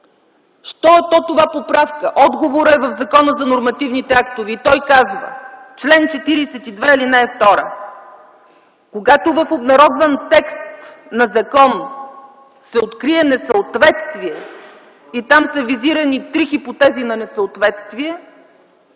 Що е това „поправка”? Отговорът е в Закона за нормативните актове. В чл. 42, ал. 2 той казва: „Когато в обнародван текст на закон се открие несъответствие – и там са визирани три хипотези на несъответствие